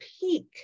peak